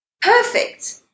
perfect